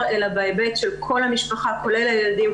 אלא בהיבט של כל המשפחה כולל הילדים,